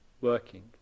working